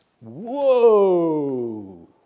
Whoa